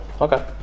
Okay